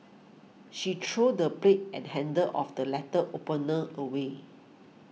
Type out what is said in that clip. she threw the blade and handle of the letter opener away